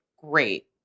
great